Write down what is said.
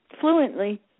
fluently